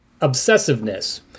obsessiveness